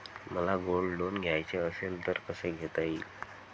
मला gold loan घ्यायचे असेल तर कसे घेता येईल?